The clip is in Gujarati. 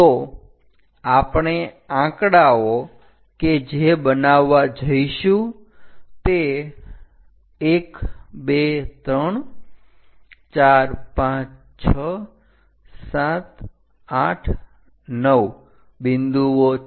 તો આપણે આંકડાઓ કે જે બનાવવા જઈશું તે 123456789 બિંદુઓ છે